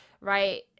right